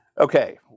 Okay